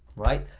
right?